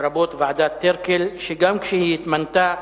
לרבות ועדת-טירקל, שגם כשהיא התמנתה,